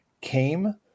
came